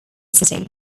city